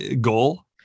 goal